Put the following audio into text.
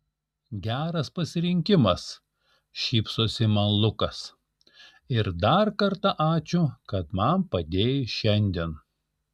geras pasirinkimas šypsosi man lukas ir dar kartą ačiū kad man padėjai šiandien